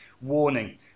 warning